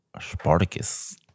Spartacus